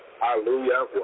Hallelujah